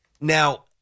Now